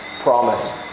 promised